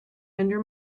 under